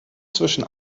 zwischen